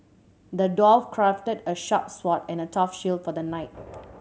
the dwarf crafted a sharp sword and a tough shield for the knight